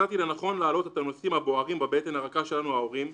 מצאתי לנכון להעלות את הנושאים הבוערים בבטן הרכה שלנו ההורים,